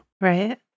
Right